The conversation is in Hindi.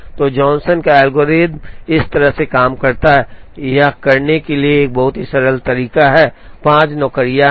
तो जॉनसन का एल्गोरिथ्म इस तरह से काम करता है यह करने के लिए एक बहुत ही सरल तरीका है 5 नौकरियां हैं